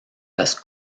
las